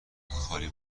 خالی